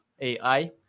AI